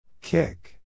Kick